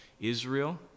Israel